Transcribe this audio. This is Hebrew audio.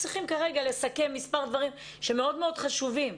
צריכים כרגע לסכם מספר דברים שמאוד מאוד חשובים,